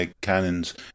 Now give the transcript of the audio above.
cannons